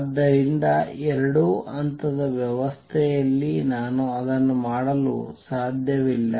ಆದ್ದರಿಂದ ಎರಡು ಹಂತದ ವ್ಯವಸ್ಥೆಯಲ್ಲಿ ನಾನು ಅದನ್ನು ಮಾಡಲು ಸಾಧ್ಯವಿಲ್ಲ